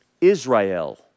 Israel